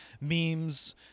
memes